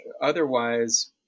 otherwise